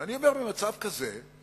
ואני אומר, במצב כזה,